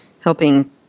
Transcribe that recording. helping